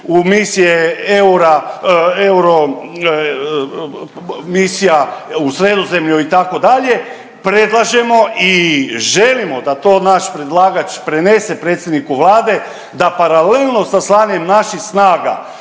misije eura, euro, misija u Sredozemlju itd., predlažemo i želimo da to naš predlagač prenese predsjedniku Vlade, da paralelno sa slanjem naših snaga